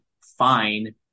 fine